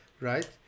right